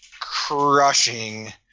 crushing